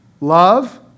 love